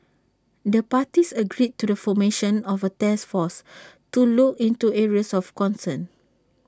the parties agreed to the formation of A task force to look into areas of concern